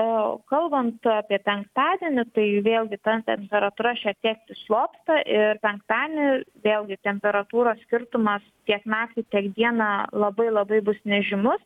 o kalbant apie penktadienį tai vėlgi ta temperatūra šiek tiek prislopsta ir penktadienį vėlgi temperatūros skirtumas tiek naktį tiek dieną labai labai bus nežymus